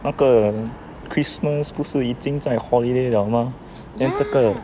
那个 christmas 不是已经在 holiday liao mah then 这个